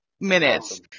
Minutes